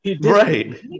Right